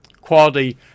quality